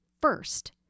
first